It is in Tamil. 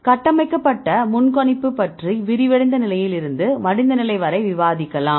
கட்டமைக்கப்பட்ட முன்கணிப்பு பற்றி விரிவடைந்த நிலையில் இருந்து மடிந்த நிலை வரை விவாதிக்கலாம்